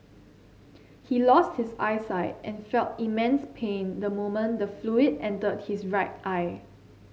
he lost his eyesight and felt immense pain the moment the fluid entered his right eye